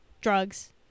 drugs